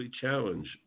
challenged